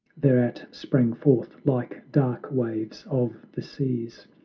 thereat sprang forth like dark waves of the seas,